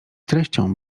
treścią